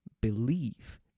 believe